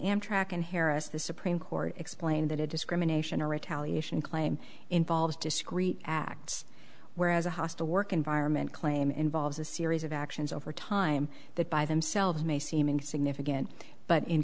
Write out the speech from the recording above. amtrak and harris the supreme court explained that it discrimination or retaliate and claim involves discrete acts whereas a hostile work environment claim involves a series of actions over time that by themselves may seem insignificant but in